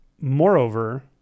Moreover